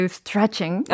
stretching